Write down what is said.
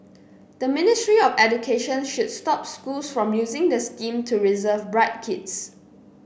the Ministry of Education should stop schools from using the scheme to reserve bright kids